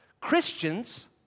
Christians